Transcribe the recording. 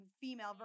female